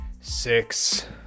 six